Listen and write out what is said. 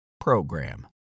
PROGRAM